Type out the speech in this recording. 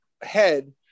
head